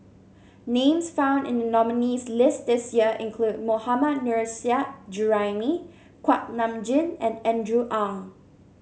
names found in the nominees' list this year include Mohammad Nurrasyid Juraimi Kuak Nam Jin and Andrew Ang